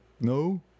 no